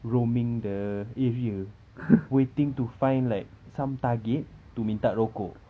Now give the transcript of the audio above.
roaming the area waiting to find like some target to minta rokok